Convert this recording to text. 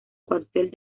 cuartel